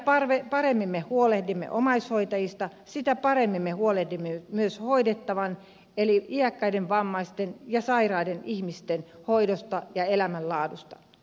mitä paremmin me huolehdimme omaishoitajista sitä paremmin me huolehdimme myös hoidettavien eli iäkkäiden vammaisten ja sairaiden ihmisten hoidosta ja elämänlaadusta